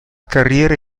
carriera